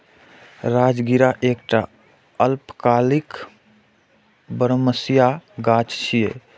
राजगिरा एकटा अल्पकालिक बरमसिया गाछ छियै